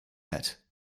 yet